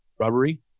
rubbery